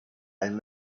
and